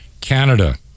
Canada